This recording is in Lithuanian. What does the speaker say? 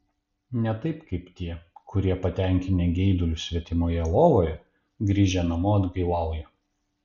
ne taip kaip tie kurie patenkinę geidulius svetimoje lovoje grįžę namo atgailauja